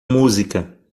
música